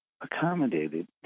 accommodated